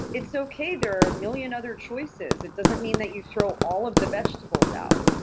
it's okay, there are a million other choices. it doesn't mean that you throw all of the vegetables out.